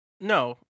No